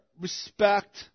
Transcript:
respect